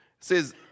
Says